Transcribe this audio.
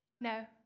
No